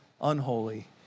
unholy